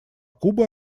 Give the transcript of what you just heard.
кубы